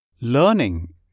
Learning